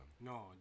No